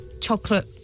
chocolate